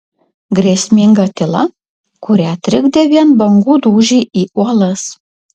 grėsminga tyla kurią trikdė vien bangų dūžiai į uolas